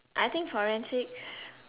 I think forensics